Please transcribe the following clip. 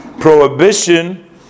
prohibition